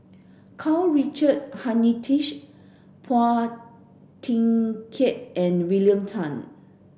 Karl Richard Hanitsch Phua Thin Kiay and William Tan